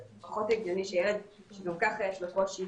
קצת פחות הגיוני שילד שכל כך יש לו קושי